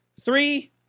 Three